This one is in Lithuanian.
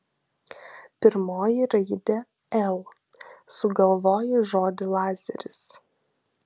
pirmoji raidė l sugalvoju žodį lazeris